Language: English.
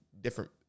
different